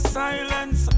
silence